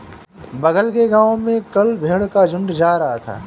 बगल के गांव में कल भेड़ का झुंड जा रहा था